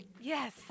yes